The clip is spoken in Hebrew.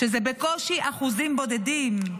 שזה בקושי אחוזים בודדים.